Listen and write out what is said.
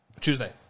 Tuesday